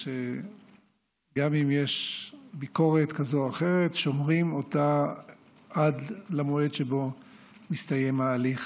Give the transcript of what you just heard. ושגם אם יש ביקורת כזו או אחרת שומרים אותה עד למועד שבו מסתיים ההליך,